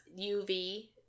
UV